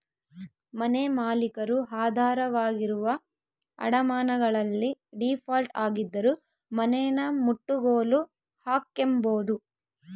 ಮನೆಮಾಲೀಕರು ಆಧಾರವಾಗಿರುವ ಅಡಮಾನಗಳಲ್ಲಿ ಡೀಫಾಲ್ಟ್ ಆಗಿದ್ದರೂ ಮನೆನಮುಟ್ಟುಗೋಲು ಹಾಕ್ಕೆಂಬೋದು